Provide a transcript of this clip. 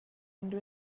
into